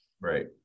Right